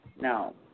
No